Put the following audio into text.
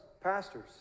pastors